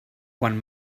quan